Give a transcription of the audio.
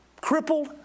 crippled